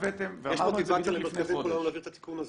יש מוטיבציה למרכזים כולם להעביר את התיקון הזה.